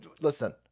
listen